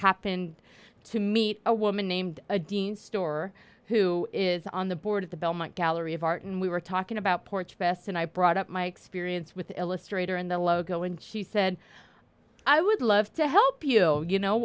happened to meet a woman named dean store who is on the board of the belmont gallery of art and we were talking about porch best and i brought up my experience with illustrator and the logo and she said i would love to help you you know